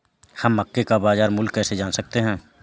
हम मक्के का बाजार मूल्य कैसे जान सकते हैं?